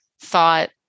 thought